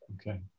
Okay